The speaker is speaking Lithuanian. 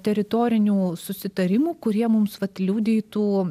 teritorinių susitarimų kurie mums vat liudytų